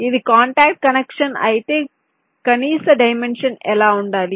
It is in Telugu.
ఇది కాంటాక్ట్ కనెక్షన్ అయితే కనీస డైమెన్షన్ ఎలా ఉండాలి